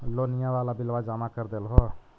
लोनिया वाला बिलवा जामा कर देलहो?